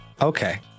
Okay